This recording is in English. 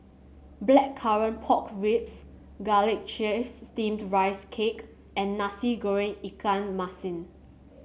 Blackcurrant Pork Ribs Garlic Chives Steamed Rice Cake and Nasi Goreng Ikan Masin